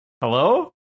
Hello